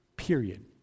period